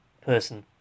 person